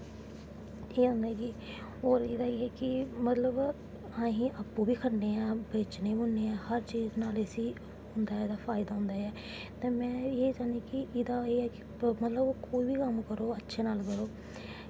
केह् होंदा ऐ होर एह्दा एह् ऐ कि मतलब अस आपूं बी खन्ने आं बेचने बी होने आं हर चीज कन्नै फैदा होंदा ऐ ते में एह् चाह्न्नी कि एह्दा एह् ऐ कि में चाह्न्नी कि कोई बी कम्म करो अच्छे कन्नै करो